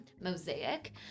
mosaic